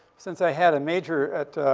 since i had a major at